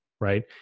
Right